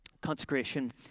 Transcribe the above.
consecration